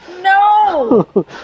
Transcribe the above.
No